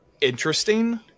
interesting